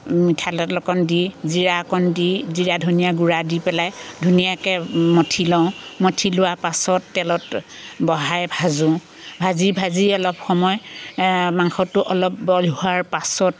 মিঠাতেল অকণ দি জিৰা অকণ দি জিৰা ধনিয়া গুড়া দি পেলাই ধুনীয়াকৈ মঠি লওঁ মঠি লোৱাৰ পাছত তেলত বহাই ভাজোঁ ভাজি ভাজি অলপ সময় মাংসটো অলপ বইল হোৱাৰ পাছত